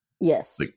Yes